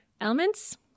Elements